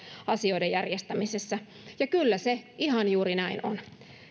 asioiden järjestämisessä ja kyllä se ihan juuri näin on